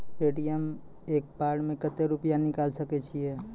ATM सऽ एक बार म कत्तेक रुपिया निकालि सकै छियै?